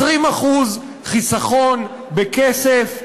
20% חיסכון בכסף,